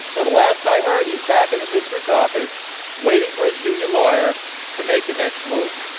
ah the last i heard he's back in a district office waiting for his union lawyer to make the next move.